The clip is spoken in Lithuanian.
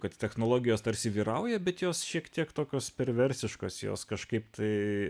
kad technologijos tarsi vyrauja bet jos šiek tiek tokios perversiškos jos kažkaip tai